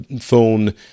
phone